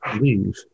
leave